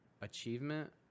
achievement